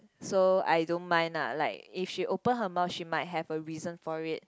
so I don't mind lah like if she open her mouth she might have a reason for it